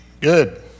good